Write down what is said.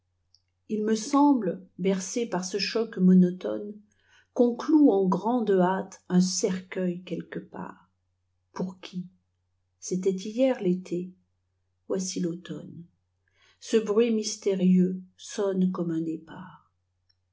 il me semble bercé par ce choc monotone qu'on cloue en grande hâte un cercueil quelque part pour qui c'était hier tété voici l'automne ice bruit mystérieux sonne comme un départ